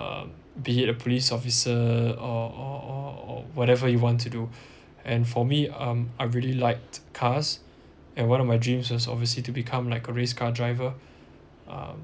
um be a police officer or or or or whatever you want to do and for me um I really liked cars and one of my dreams was obviously to become like a race car driver uh